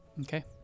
okay